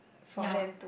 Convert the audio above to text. ya